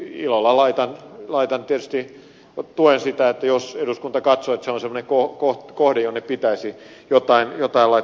ilolla tietysti tuen sitä jos eduskunta katsoo että se on semmoinen kohde jonne pitäisi jotain laittaa lisää